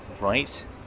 Right